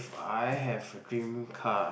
I have a dream car